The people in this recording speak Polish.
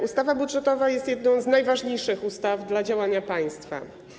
Ustawa budżetowa jest jedną z najważniejszych ustaw dla działania państwa.